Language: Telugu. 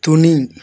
తుని